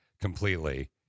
completely